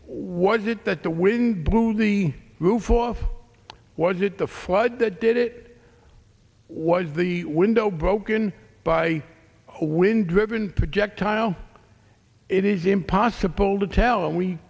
was it that the wind blew the roof off was it the flood that did it was the window broken by wind driven projectile it is impossible to tell and we